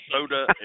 soda